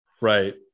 Right